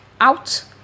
out